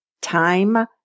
Time